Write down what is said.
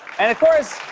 and, of course,